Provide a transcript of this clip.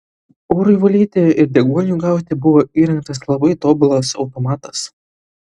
orui valyti ir deguoniui gauti buvo įrengtas labai tobulas automatas